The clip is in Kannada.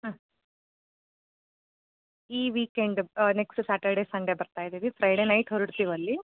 ಹಾಂ ಈ ವೀಕೆಂಡು ನೆಕ್ಸ್ಟ್ ಸ್ಯಾಟರ್ಡೇ ಸಂಡೇ ಬರ್ತಾಯಿದ್ದೀವಿ ಫ್ರೈಡೇ ನೈಟ್ ಹೊರಡ್ತೀವಲ್ಲಿ